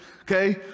Okay